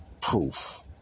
proof